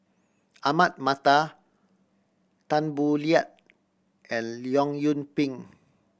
Ahmad Mattar Tan Boo Liat and Leong Yoon Pin